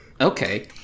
Okay